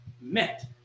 met